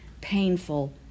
painful